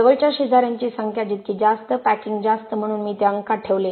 जवळच्या शेजार्यांची संख्या जास्त पॅकिंग जास्त म्हणून मी ते अंकात ठेवले